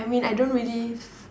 I mean I don't really